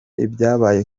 ibyabaye